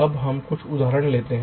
अब हम कुछ उदाहरण लेते हैं